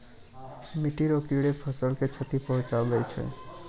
मिट्टी रो कीड़े फसल के क्षति पहुंचाबै छै